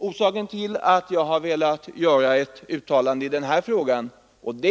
Orsaken till att jag velat yttra mig i denna fråga har — och det